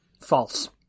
False